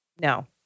no